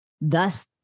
thus